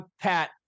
Pat